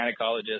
gynecologist